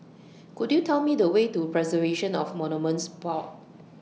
Could YOU Tell Me The Way to Preservation of Monuments Board